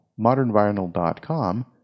ModernVinyl.com